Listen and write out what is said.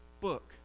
book